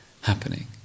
happening